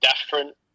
different